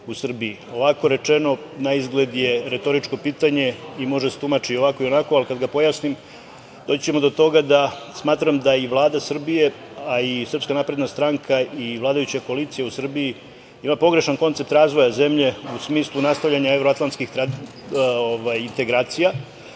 u Srbiji? Ovako rečeno naizgled je retoričko pitanje i može da se tumači i ovako i onako, ali kada ga pojasnim doći ćemo do toga da smatram da i Vlada Srbije, a i SNS i vladajuća koalicija u Srbiji ima pogrešan koncept razvoja zemlje, u smislu nastavljanja evroatlantskih integracija,